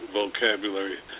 vocabulary